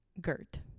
Gert